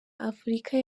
afurika